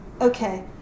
Okay